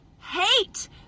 hate